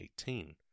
2018